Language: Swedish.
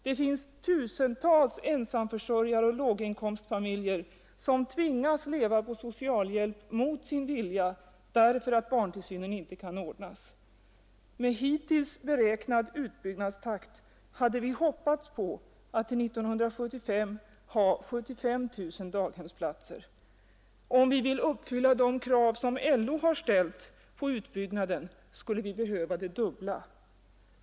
Det finns tusentals ensamförsörjare och låginkomstfamiljer, som lever på socialhjälp mot sin vilja därför att barntillsynen inte kan ordnas. Med hittills beräknad utbyggnadstakt hade vi hoppats på att till 1975 ha 75 000 daghemsplatser. Om vi vill uppfylla de krav som LO ställt beträffande utbyggnaden, skulle vi behöva det dubbla antalet.